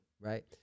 right